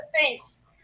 face